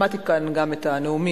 שמעתי כאן גם את הנאומים,